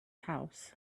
house